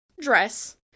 dress